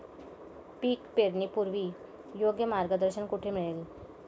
पीक पेरणीपूर्व योग्य मार्गदर्शन कुठे मिळेल?